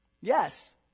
Yes